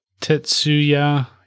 Tetsuya